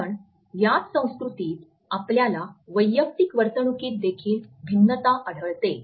कारण याच संस्कृतीत आपल्याला वैयक्तिक वर्तणूकीत देखील भिन्नता आढळते